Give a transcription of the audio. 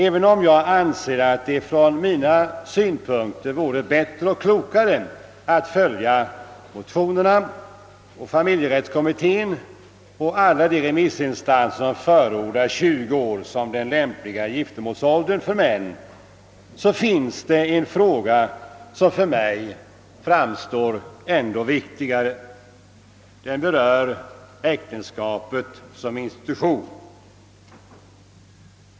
Även om jag anser att det från min synpunkt vore bättre och klokare att följa motionärerna, familjerättskommittén och alla de remissinstanser som förordar 20 år som den lämpliga giftermålsåldern för män, så finns det en fråga som för mig framstår som än viktigare. Den berör äktenskapet som institution.